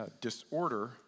disorder